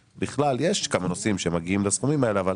יש כמה נושאים שמגיעים לסכומים האלה אבל